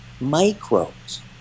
microbes